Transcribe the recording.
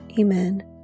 Amen